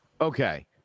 Okay